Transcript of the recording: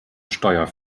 steuer